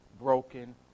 broken